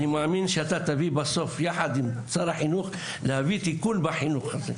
אני מאמין שאתה תביא ביחד עם שר החינוך תיקון בחינוך הזה.